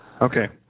Okay